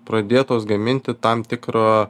pradėtos gaminti tam tikro